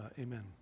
amen